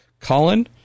Colin